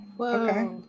Okay